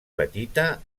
petita